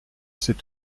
c’est